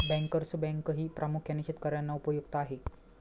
bankers बँकही प्रामुख्याने शेतकर्यांना उपयुक्त आहे